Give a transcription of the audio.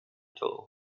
tool